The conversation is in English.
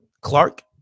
Clark